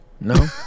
No